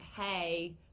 hey